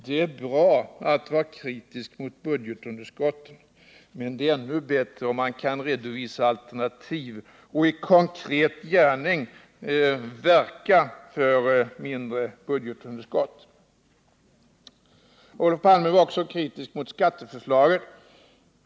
Det är bra att vara kritisk mot budgetunderskotten, men det är ännu bättre om man kan redovisa alternativ och i konkret gärning verka för mindre budgetunderskott. Olof Palme var också kritisk mot skatteförslaget.